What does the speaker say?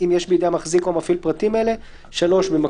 אם יש בידי המחזיק או המפעיל פרטים אלה.